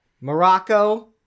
Morocco